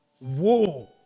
Whoa